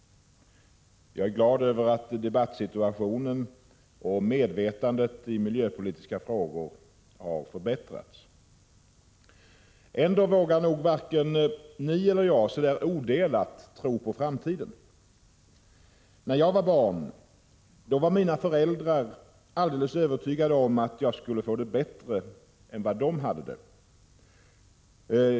Jag är glad över att debattsituationen och medvetandet i miljöpolitiska frågor har förbättrats. Ändå vågar nog varken ni eller jag så där odelat tro på framtiden. När jag var barn var mina föräldrar alldeles övertygade om att jag skulle få det bättre än vad de hade det.